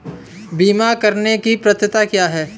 बीमा करने की पात्रता क्या है?